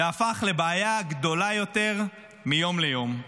שהפך לבעיה גדולה יותר מיום ליום.